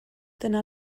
dyna